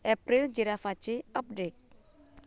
एप्रील जिराफाची अपडेट